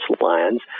lions